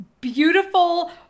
beautiful